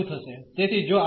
તેથી જો આપણે ઓર્ડર બદલીએ